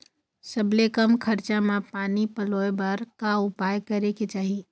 सबले कम खरचा मा पानी पलोए बर का उपाय करेक चाही?